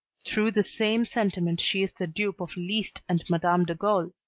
through the same sentiment she is the dupe of liszt and madame d'agoult.